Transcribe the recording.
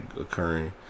occurring